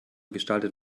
gestaltet